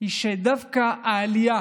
היא שדווקא העלייה,